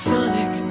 Sonic